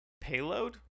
payload